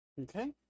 okay